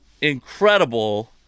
incredible